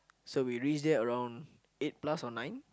so we reach there around eight plus or nine